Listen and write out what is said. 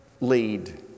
lead